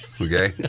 okay